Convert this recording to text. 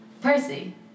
Percy